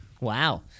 Wow